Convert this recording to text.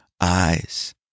eyes